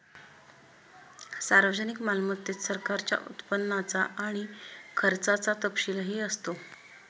सार्वजनिक मालमत्तेत सरकारच्या उत्पन्नाचा आणि खर्चाचा तपशीलही असतो